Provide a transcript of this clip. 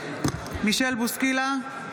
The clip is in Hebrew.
נגד מישל בוסקילה,